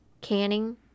canning